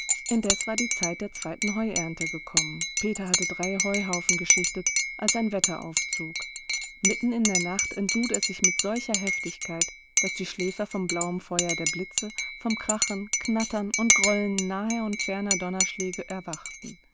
indes war die zeit der zweiten heuernte gekommen peter hatte drei heuhaufen geschichtet als ein wetter aufzog mitten in der nacht entlud es sich mit solcher heftigkeit daß die schläfer vom blauen feuer der blitze vom krachen knattern und grollen naher und ferner donnerschläge erwachten